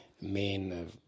Men